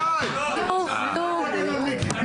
--- מיקי הממלכתי הוא כמעט שמאלן.